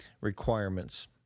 requirements